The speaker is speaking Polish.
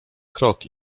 krok